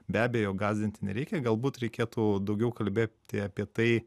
be abejo gąsdinti nereikia galbūt reikėtų daugiau kalbėti apie tai